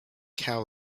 cow